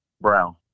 Brown